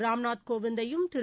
ராம்நாத் கோவிந்தையும் திரு